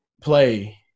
play